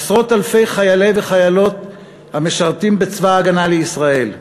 עשרות-אלפי חיילים וחיילות המשרתים בצבא הגנה לישראל,